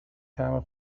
طعم